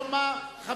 לא מה חברים.